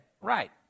Right